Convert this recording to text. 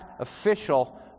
official